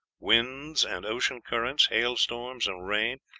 winds and ocean currents, hailstorms and rain,